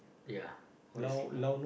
ya what is normal